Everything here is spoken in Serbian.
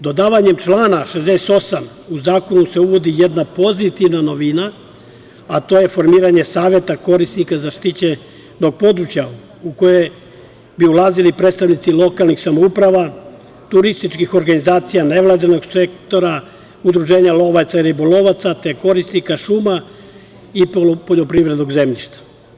Dodavanjem člana 68. u zakonu se uvodi jedna pozitivna novina, a to je formiranje saveta korisnika zaštićenog područja, u koje bi ulazili predstavnici lokalnih samouprava, turističkih organizacija, nevladinog sektora, udruženja lovaca i ribolovaca, te korisnika šuma i poljoprivrednog zemljišta.